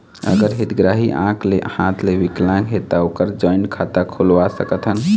अगर हितग्राही आंख ले हाथ ले विकलांग हे ता ओकर जॉइंट खाता खुलवा सकथन?